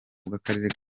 bw’akarere